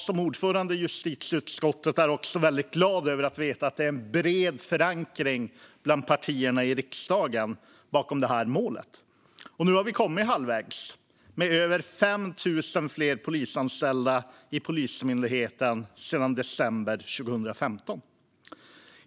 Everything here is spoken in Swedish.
Som ordförande i justitieutskottet är jag väldigt glad över att veta att det finns en bred förankring bland partierna i riksdagen bakom målet. Nu har vi kommit halvvägs, med över 5 000 fler anställda i Polismyndigheten sedan december 2015.